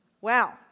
wow